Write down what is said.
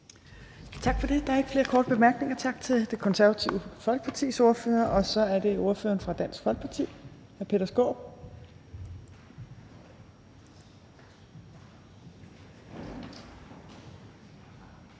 Tak for det. Der er ikke flere korte bemærkninger. Tak til Det Konservative Folkepartis ordfører. Så er det ordføreren for Dansk Folkeparti, hr. Peter Skaarup.